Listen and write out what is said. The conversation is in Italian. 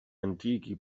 antichi